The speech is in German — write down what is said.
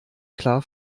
klar